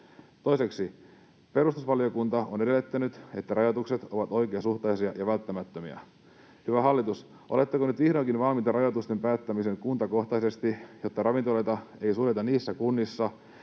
Toiseksi: Perustusvaliokunta on edellyttänyt, että rajoitukset ovat oikeasuhtaisia ja välttämättömiä. Hyvä hallitus, oletteko nyt vihdoinkin valmiita rajoitusten päättämiseen kuntakohtaisesti, jotta ravintoloita ei suljeta niissä kunnissa,